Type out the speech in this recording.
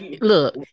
Look